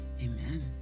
amen